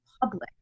public